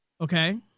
Okay